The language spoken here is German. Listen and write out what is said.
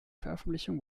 veröffentlichung